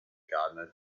gardener